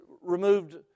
removed